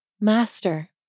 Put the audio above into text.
Master